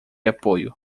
apoio